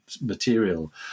material